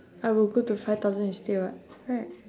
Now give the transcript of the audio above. I would go to five thousand instead [what] right